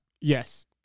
Yes